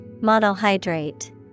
monohydrate